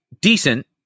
decent